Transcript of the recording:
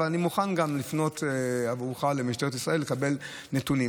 אבל אני מוכן לפנות עבורך למשטרת ישראל כדי לקבל נתונים.